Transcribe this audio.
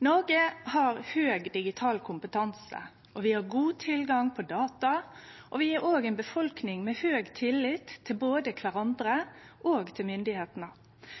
Noreg har høg digital kompetanse. Vi har god tilgang på data og ei befolkning med høg tillit til både kvarandre og myndigheitene. Dette gjer oss til